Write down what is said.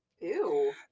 Ew